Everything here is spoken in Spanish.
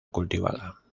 cultivada